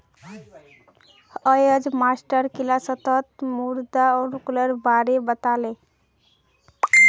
अयेज मास्टर किलासत मृदा अनुकूलेर बारे बता ले